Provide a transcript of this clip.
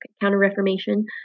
counter-reformation